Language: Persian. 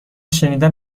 شنیدن